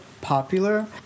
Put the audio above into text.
popular